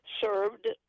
served